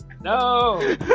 no